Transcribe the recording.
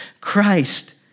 Christ